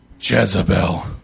Jezebel